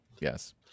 yes